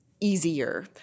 easier